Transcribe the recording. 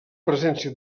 presència